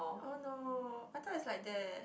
oh no I thought it's like that